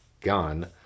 gun